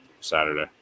Saturday